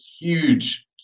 huge